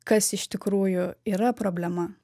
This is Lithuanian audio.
kas iš tikrųjų yra problema